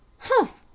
humph!